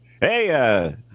hey